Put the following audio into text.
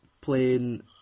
playing